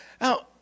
Now